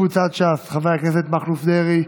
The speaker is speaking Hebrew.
קבוצת סיעת ש"ס, חברי הכנסת אריה מכלוף דרעי,